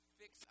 fix